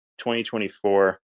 2024